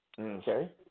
Okay